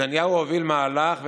נתניהו הוביל מהלך,